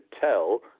tell